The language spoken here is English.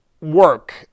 work